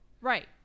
right